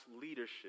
leadership